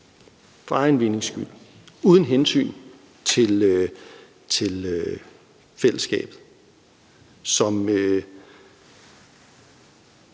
for egen vindings skyld, uden hensyn til fællesskabet